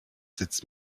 sitzt